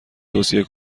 توصیه